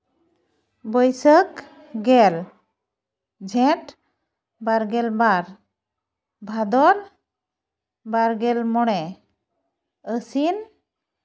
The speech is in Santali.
ᱵᱟᱹᱭᱥᱟᱹᱠᱷ ᱜᱮᱞ ᱡᱷᱮᱸᱴ ᱵᱟᱨᱜᱮᱞ ᱵᱟᱨ ᱵᱷᱟᱫᱚᱨ ᱵᱟᱨᱜᱮᱞ ᱢᱚᱬᱮ ᱟᱹᱥᱤᱱ